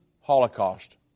Holocaust